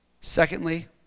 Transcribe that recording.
Secondly